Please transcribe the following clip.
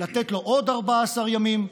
לתת לו עוד 14 ימים.